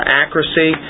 accuracy